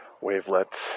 wavelets